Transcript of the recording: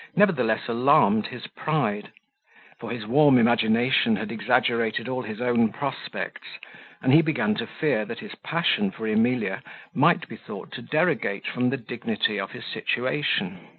nevertheless alarmed his pride for his warm imagination had exaggerated all his own prospects and he began to fear that his passion for emilia might be thought to derogate from the dignity of his situation.